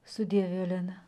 sudie violena